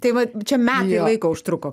tai va čia metai laiko užtruko